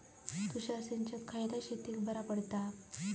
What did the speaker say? तुषार सिंचन खयल्या शेतीक बरा पडता?